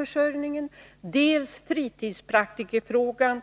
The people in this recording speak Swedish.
också fritidspraktikerfrågan.